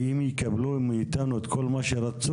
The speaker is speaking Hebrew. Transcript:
כי אם יקבלו מאתנו את כל מה שרצו,